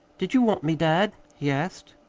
did you want me, dad? he asked.